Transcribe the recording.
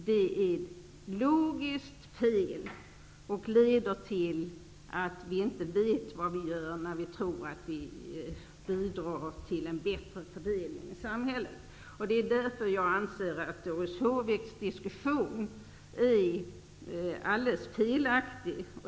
Det är logiskt fel och leder till att vi inte vet vad vi gör när vi tror att vi bidrar till en bättre fördelning i samhället. Det är därför som jag anser att Doris Håviks diskussion är alldeles felaktig.